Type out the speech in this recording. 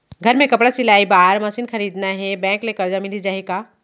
घर मे कपड़ा सिलाई बार मशीन खरीदना हे बैंक ले करजा मिलिस जाही का?